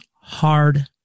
hard